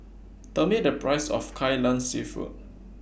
Tell Me The Price of Kai Lan Seafood